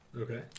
Okay